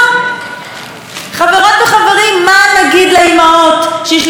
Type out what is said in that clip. מה נגיד לאימהות שישלחו את הילדים שלהן למלחמת הברירה הזאת